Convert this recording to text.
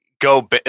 go